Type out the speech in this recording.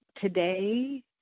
today